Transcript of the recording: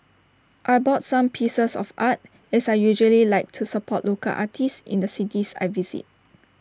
I bought some pieces of art as I usually like to support local artists in the cities I visit